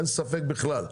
אין ספק בכלל.